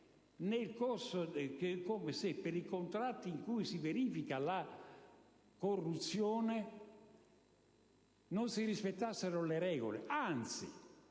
È come se, per i contratti in cui si verifica la corruzione, non si rispettassero le regole: